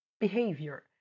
behavior